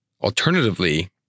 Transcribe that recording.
Alternatively